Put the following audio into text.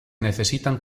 necesitan